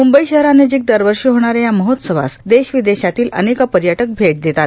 मुंबई शहरानजीक दरवर्षी होणाऱ्या या महोत्सवास देश विदेशातील अनेक पर्यटक भेट देतात